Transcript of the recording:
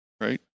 right